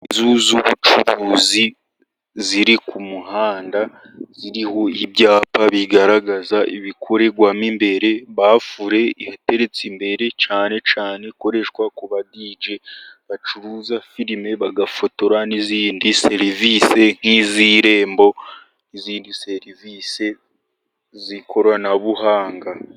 Inzu z'ubucuruzi ziri ku muhanda, ziriho ibyapa bigaragaza ibikorerwamo imbere. Bafure iteretse imbere cyane cyane ikoreshwa ku ba dije bacuruza filime bagafotora, n'izindi serivisi nk'iz'irembo, n'izindi serivisi z'ikoranabuhanga.